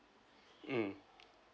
mm